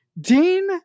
Dean